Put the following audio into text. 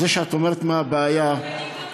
זה שאת אומרת "מה הבעיה" זה בניגוד לחוק?